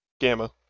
Gamma